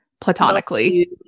platonically